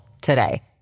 today